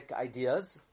ideas